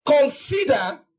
Consider